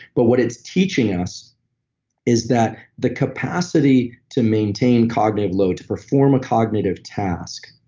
but what it's teaching us is that the capacity to maintain cognitive load, to perform a cognitive task,